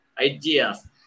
ideas